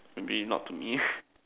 maybe not to me